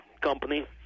company